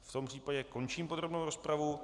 V tom případě končím podrobnou rozpravu.